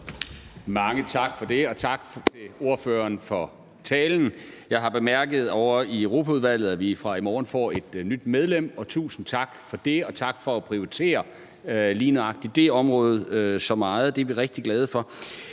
Mange tak for det, og tak til ordføreren for talen. Jeg har bemærket, at vi fra i morgen får et nyt medlem ovre i Europaudvalget, og tusind tak for det, og tak for at prioritere lige nøjagtig det område så meget. Det er vi rigtig glade for.